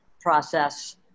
process